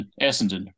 Essendon